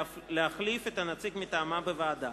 להחליף את הנציג מטעמה בוועדה.